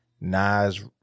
Nas